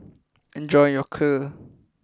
enjoy your Kheer